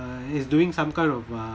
uh it's doing some kind of uh